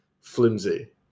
flimsy